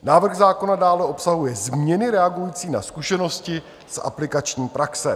Návrh zákona dále obsahuje změny reagující na zkušenosti z aplikační praxe.